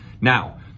Now